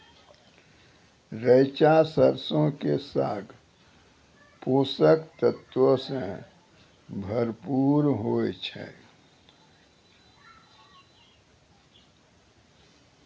रैचा सरसो के साग पोषक तत्वो से भरपूर होय छै